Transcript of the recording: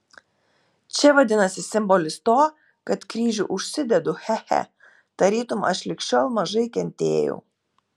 čia vadinasi simbolis to kad kryžių užsidedu che che tarytum aš lig šiol mažai kentėjau